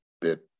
bit